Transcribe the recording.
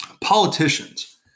politicians